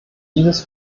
dieses